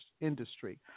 industry